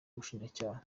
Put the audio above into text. ubushinjacyaha